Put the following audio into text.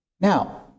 Now